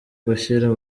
gushyira